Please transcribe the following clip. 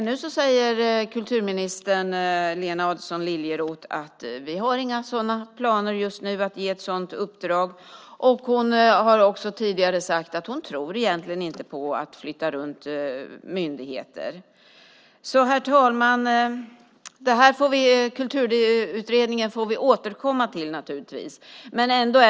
Nu säger kulturminister Lena Adelsohn Liljeroth att de inte har några planer på att ge ett sådant uppdrag just nu, och hon har också tidigare sagt att hon egentligen inte tror på att flytta runt myndigheter. Herr talman! Vi får återkomma till Kulturutredningen.